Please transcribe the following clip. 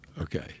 Okay